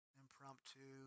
impromptu